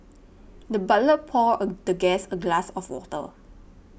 the butler poured the guest a glass of water